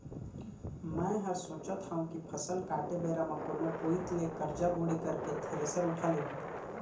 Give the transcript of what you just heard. मैं हर सोचत हँव कि फसल काटे बेरा म कोनो कोइत ले करजा बोड़ी करके थेरेसर उठा लेहूँ